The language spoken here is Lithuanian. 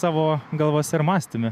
savo galvas ir mąstyme